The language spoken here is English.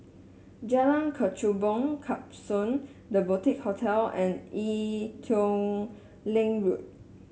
Jalan Kechubong Klapsons The Boutique Hotel and Ee Teow Leng Road